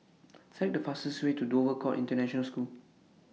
Select The fastest Way to Dover Court International School